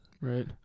Right